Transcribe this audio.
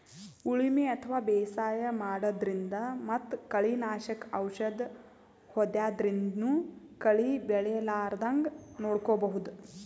ಉಳಿಮೆ ಅಥವಾ ಬೇಸಾಯ ಮಾಡದ್ರಿನ್ದ್ ಮತ್ತ್ ಕಳಿ ನಾಶಕ್ ಔಷದ್ ಹೋದ್ಯಾದ್ರಿನ್ದನೂ ಕಳಿ ಬೆಳಿಲಾರದಂಗ್ ನೋಡ್ಕೊಬಹುದ್